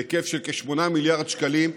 בהיקף של כ-8 מיליארד שקלים.